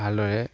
ভালদৰে